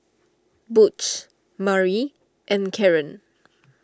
Butch Mari and Caren